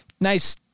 nice